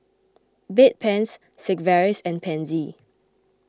Bedpans Sigvaris and Pansy